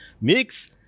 mix